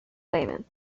lehmann